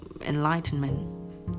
enlightenment